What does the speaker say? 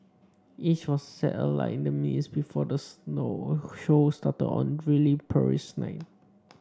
each was set alight in the minutes before the slow shows started on a drily Paris night